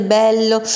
bello